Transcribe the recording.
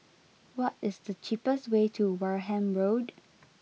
what is the cheapest way to Wareham Road